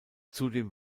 zudem